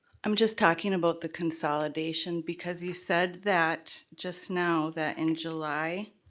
i'm just talking about the consolidation, because you said, that, just now, that in july,